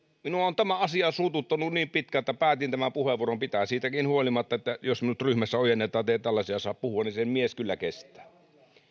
minua on tämä asia suututtanut niin pitkään että päätin tämän puheenvuoron pitää siitäkin huolimatta jos minua ryhmässä ojennetaan että ei tällaisia saa puhua sen mies kyllä kestää